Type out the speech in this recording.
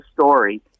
story